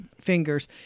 fingers